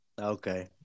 Okay